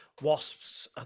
Wasps